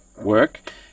work